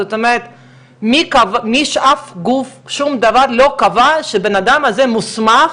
זאת אומרת אף גוף לא קבע שהבן אדם הזה מוסמך.